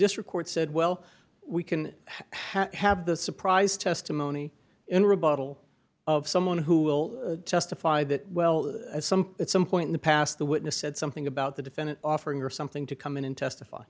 this record said well we can have the surprise testimony in rebuttal of someone who will testify that well some at some point in the past the witness said something about the defendant offering or something to come in and testify